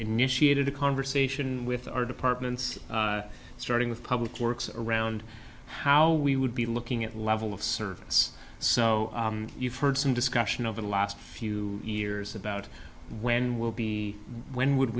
initiated a conversation with our departments starting with public works around how we would be looking at level of service so you've heard some discussion over the last few years about when will be when would